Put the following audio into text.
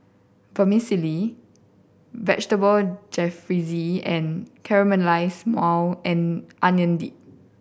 Vermicelli Vegetable Jalfrezi and Caramelized Maui and Onion Dip